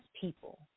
people